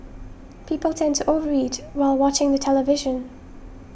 people tend to over eat while watching the television